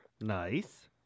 Nice